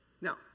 Now